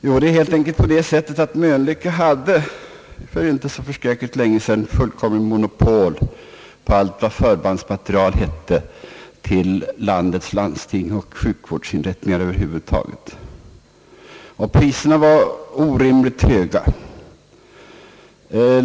Jo, helt enkelt på det sättet, att Mölnlycke för inte så länge sedan hade monopol på allt vad förbandsmateriel hette till landstingen och till sjukvårdsinrättningar över huvud taget, och priserna var orimligt höga.